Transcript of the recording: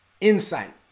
insight